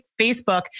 Facebook